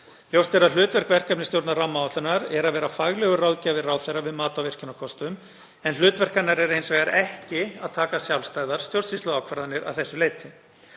Ljóst er að hlutverk verkefnisstjórnar rammaáætlunar er að vera faglegur ráðgjafi ráðherra við mat á virkjunarkostum en hlutverk hennar er hins vegar ekki að taka sjálfstæðar stjórnsýsluákvarðanir að þessu leyti.